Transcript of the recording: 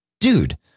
dude